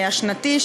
השנתי,